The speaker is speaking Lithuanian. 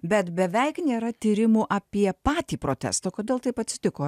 bet beveik nėra tyrimų apie patį protestą kodėl taip atsitiko